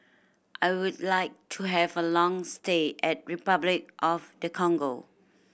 I would like to have a long stay at Repuclic of the Congo